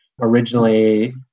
originally